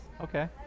okay